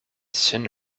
sun